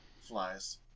flies